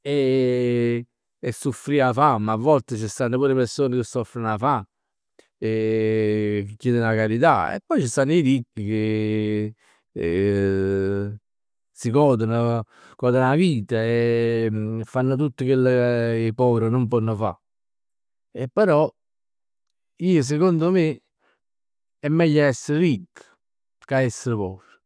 e a suffrì 'a famm. A volte ci stanno pur persone che soffreno 'a fame, chiedono 'a carità. E poi ci stanno 'e ricchi che si gonono, godono 'a vita e fanno tutt chell che 'e pover nun ponn fa. E però, ij sicondo me, è meglio a essere ricchi, cà essere pover.